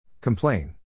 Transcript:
Complain